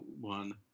one